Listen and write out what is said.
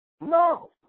No